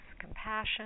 compassion